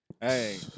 Hey